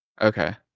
Okay